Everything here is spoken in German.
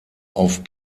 auf